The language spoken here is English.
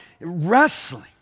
wrestling